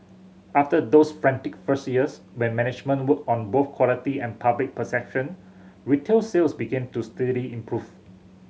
after those frantic first years when management worked on both quality and public perception retail sales began to steadily improve